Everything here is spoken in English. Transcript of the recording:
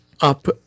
up